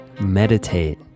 meditate